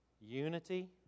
unity